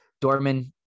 Dorman